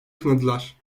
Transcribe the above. kınadılar